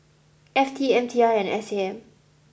F T M T I and S A M